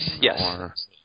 Yes